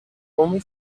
only